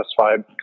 satisfied